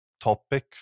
topic